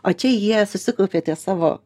o čia jie susikaupia ties savo